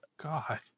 God